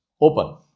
open